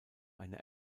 eine